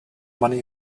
money